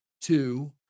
two